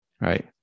Right